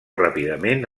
ràpidament